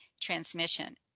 transmission